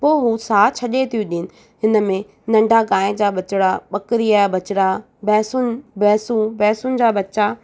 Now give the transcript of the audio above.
पोइ हू साहु छॾे थियूं ॾियनि इन्हनि में नन्ढी गांइ जा ॿचिड़ा ॿकिरीअ जा ॿचिड़ा भैसुनि भैसूं भैसुनि जा ॿच्चा